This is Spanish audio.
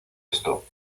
esto